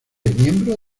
miembro